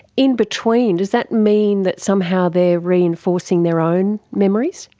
in between does that mean that somehow they are reinforcing their own memories?